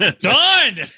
Done